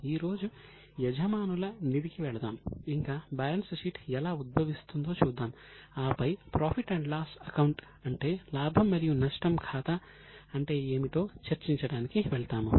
ఈ రోజు యజమానుల నిధికి వెళదాం ఇంకా బ్యాలెన్స్ షీట్ ఎలా ఉద్భవిస్తుందో చూద్దాం ఆపై ప్రాఫిట్ అండ్ లాస్ అకౌంట్ అంటే లాభం మరియు నష్టం ఖాతా అంటే ఏమిటో చర్చించడానికి వెళ్తాము